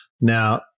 Now